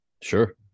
Sure